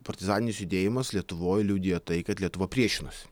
partizaninis judėjimas lietuvoj liudija tai kad lietuva priešinosi